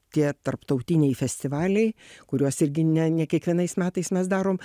tie tarptautiniai festivaliai kuriuos irgi ne ne kiekvienais metais mes darom